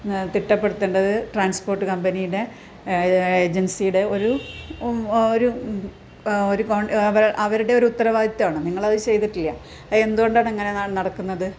തിട്ടപ്പെടുത്തേണ്ടത് transport കമ്പനിയുടെ ഏജൻസിടെ ഒരു ഒരു ഒരു അവരുടെ ഒരു ഉത്തരവാദിത്താണ് നിങ്ങളത് ചെയ്തിട്ടില്ല അതെന്തു കൊണ്ടാണ് അങ്ങനെ നടക്കുന്നത്